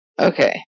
Okay